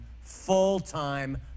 full-time